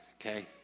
Okay